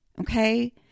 Okay